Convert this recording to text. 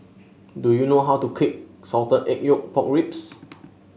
do you know how to Salted Egg Pork Ribs